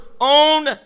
own